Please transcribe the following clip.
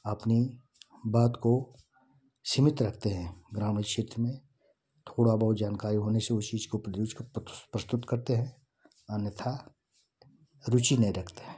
अपनी बात को सीमित रखते हैं ग्रामीण क्षेत्र में थोड़ा बहुत जानकारी होने से उस चीज़ प्रस्तुत करते हैं अन्यथा रूचि नहीं रखते